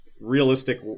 realistic